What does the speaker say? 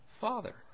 Father